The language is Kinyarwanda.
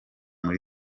kuri